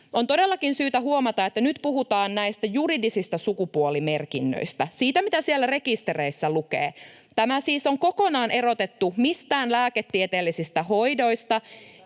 On todellakin syytä huomata, että nyt puhutaan näistä juridisista sukupuolimerkinnöistä: siitä, mitä siellä rekistereissä lukee. Tämä siis on kokonaan erotettu mistään lääketieteellisistä hoidoista.